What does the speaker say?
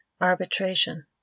arbitration